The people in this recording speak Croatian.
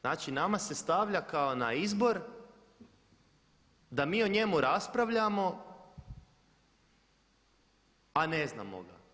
Znači nama se stavlja kao na izbor da mi o njemu raspravljamo, a ne znamo ga.